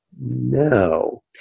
no